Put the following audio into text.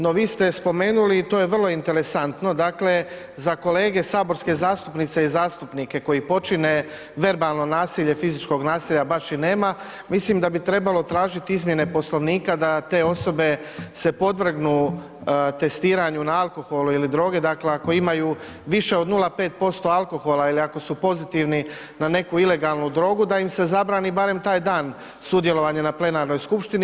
No vi ste spomenuli i to je vrlo interesantno, dakle za kolege saborske zastupnice i zastupnice koji počine verbalno nasilje, fizičkog nasilja baš i nema, mislim da bi trebalo tražiti izmjene Poslovnika da te osobe se podvrgnu testiranju na alkohol ili droge, dakle ako imaju više od 0,5% alkohola ili ako su pozitivni na neku ilegalnu drogu da im se zabrani barem taj dan sudjelovanje na plenarnoj skupštini.